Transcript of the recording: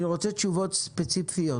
אני רוצה תשובות ספציפיות: